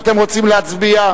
אם אתם רוצים להצביע.